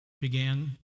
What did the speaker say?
began